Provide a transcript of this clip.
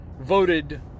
voted